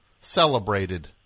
celebrated